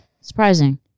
Surprising